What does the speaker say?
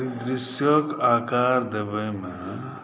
परिदृश्यक आकार देबैमे